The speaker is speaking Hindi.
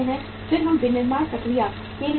फिर हम विनिर्माण प्रक्रिया के लिए जाते हैं